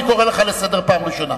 אני קורא לך לסדר פעם ראשונה.